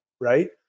right